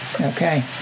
okay